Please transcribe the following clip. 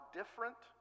different